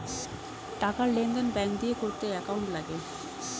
টাকার লেনদেন ব্যাঙ্ক দিয়ে করতে অ্যাকাউন্ট লাগে